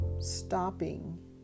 stopping